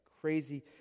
crazy